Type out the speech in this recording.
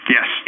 Yes